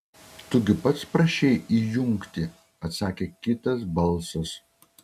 tu gi pats prašei įjungti atsakė kitas balsas